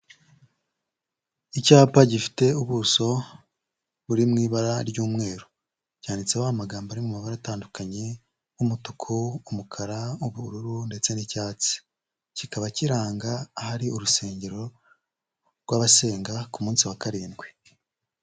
Icyapa gifite ubuso buri mu ibara ry'umweru, cyanditseho amagambo ari mu mabara atandukanye nk'umutuku, umukara, ubururu ndetse n'icyatsi, kikaba kiranga ahari urusengero rw'abasenga ku munsi wa karindwi.